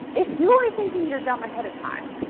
if you are thinking you're dumb ahead of time,